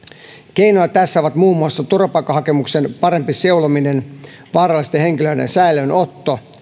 keinoja tässä ovat muun muassa turvapaikkahakemusten parempi seulominen vaarallisten henkilöiden säilöönotto